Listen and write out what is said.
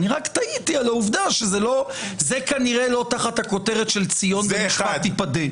אני רק תהיתי על העובדה שזה כנראה לא תחת הכותרת של "ציון במשפט תפדה".